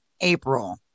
April